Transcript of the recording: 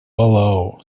палау